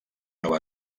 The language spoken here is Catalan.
nova